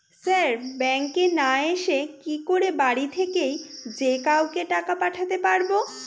Sir ব্যাঙ্কে না এসে কি করে বাড়ি থেকেই যে কাউকে টাকা পাঠাতে পারবো?